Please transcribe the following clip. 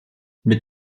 mit